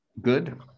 good